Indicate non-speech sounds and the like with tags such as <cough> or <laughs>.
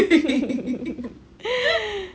<laughs>